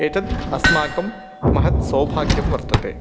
एतद् अस्माकं महत् सौभाग्यं वर्तते